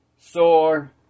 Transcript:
sore